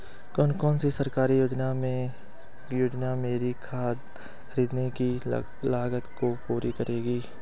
कौन सी सरकारी योजना मेरी खाद खरीदने की लागत को पूरा करेगी?